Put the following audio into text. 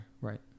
right